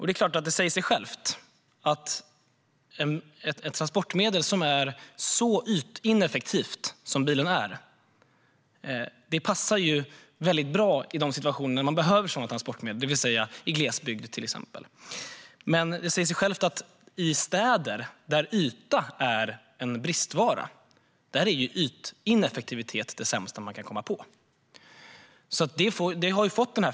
Det säger sig självt att ett transportmedel som är så ytineffektivt som bilen passar väldigt bra till exempel i glesbygd, där man behöver sådana transportmedel, medan ytineffektivitet i städer, där yta är en bristvara, är det sämsta man kan komma på.